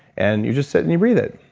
and you just sit and you breathe it,